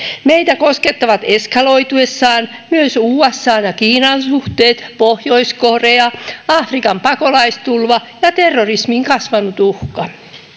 meitä koskettavat eskaloituessaan myös usan ja kiinan suhteet pohjois korea afrikan pakolaistulva ja terrorismin kasvanut uhka